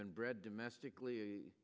been bred domestically